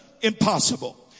impossible